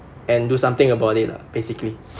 and do something about it lah basically